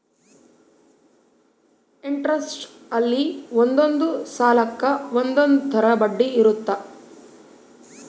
interest ಅಲ್ಲಿ ಒಂದೊಂದ್ ಸಾಲಕ್ಕ ಒಂದೊಂದ್ ತರ ಬಡ್ಡಿ ಇರುತ್ತ